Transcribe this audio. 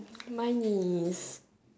mine is